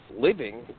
living